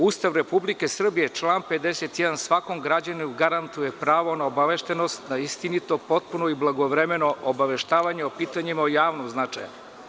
Ustav Republike Srbije, član 51. svakom građaninu garantuje pravo na obaveštenost, na istinito, potpuno i blagovremeno obaveštavanje o pitanjima od javnog značaja.